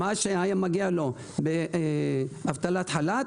מה שהיה מגיע לו באבטלת חל"ת,